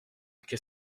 qu’est